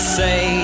say